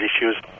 issues